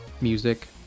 music